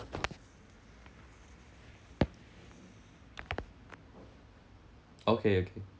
okay okay